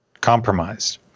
compromised